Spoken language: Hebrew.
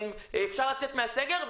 אפשר לצאת מהסגר.